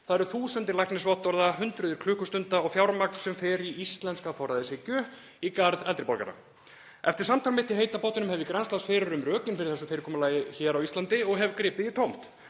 Það eru þúsundir læknisvottorða, hundruð klukkustunda og fjármagn sem fer í íslenska forræðishyggju í garð eldri borgara. Eftir samtal mitt í heita pottinum hef ég grennslast fyrir um rökin fyrir þessu fyrirkomulagi hér á Íslandi og hef gripið í tómt.